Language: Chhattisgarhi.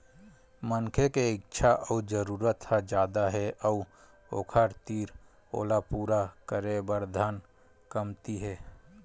मनखे के इच्छा अउ जरूरत ह जादा हे अउ ओखर तीर ओला पूरा करे बर धन कमती हे